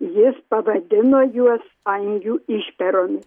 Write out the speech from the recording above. jis pavadino juos angių išperomi